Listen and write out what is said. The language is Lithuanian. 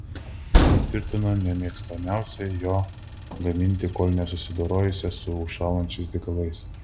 jie tvirtino nė nemėginsią jo gaminti kol nesusidorosią su užšąlančiais degalais